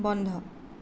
বন্ধ